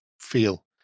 feel